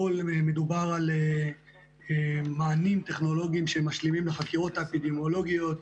הכל מדובר על מענים טכנולוגיים שמשלימים לחקירות האפידמיולוגית,